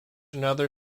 another